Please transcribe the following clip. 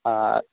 आओर